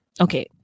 okay